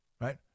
right